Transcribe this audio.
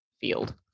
field